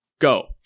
Go